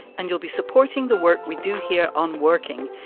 and you'll be supporting the work we do here on working.